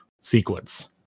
sequence